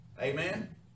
Amen